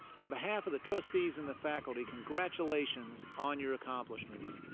on behalf of the trustees and the faculty, congratulations on your accomplishments.